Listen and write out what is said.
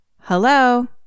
hello